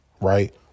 right